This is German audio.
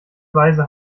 weise